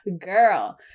girl